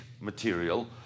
material